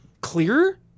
clearer